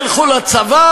אל תלכו לצבא,